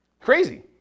Crazy